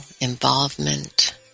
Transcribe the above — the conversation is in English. involvement